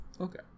Okay